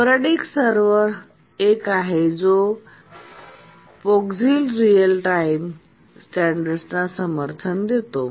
sporadic server एक आहे जो पोझिक्स रियल टाइम स्टँडर्डला समर्थन देतो